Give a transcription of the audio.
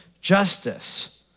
justice